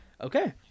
okay